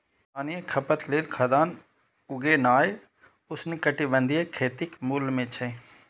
स्थानीय खपत लेल खाद्यान्न उगेनाय उष्णकटिबंधीय खेतीक मूल मे छै